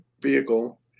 vehicle